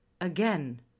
Again